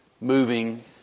moving